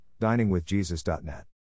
diningwithjesus.net